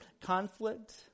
conflict